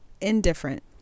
indifferent